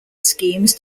schemes